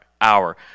hour